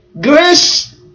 Grace